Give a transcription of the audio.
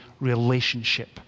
relationship